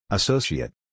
Associate